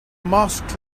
masked